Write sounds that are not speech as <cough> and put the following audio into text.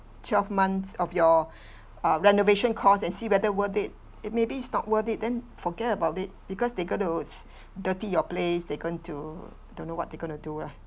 twelve months of your <breath> uh renovation cost and see whether worth it eh maybe it's not worth it then forget about it because they gonna <noise> dirty your place they going to don't know what they're gonna do lah